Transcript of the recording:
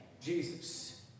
Jesus